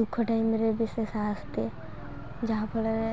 ଦୁଃଖ ଟାଇମ୍ରେ ବି ସେ ସାହସ ଦିଏ ଯାହା ଫଳରେ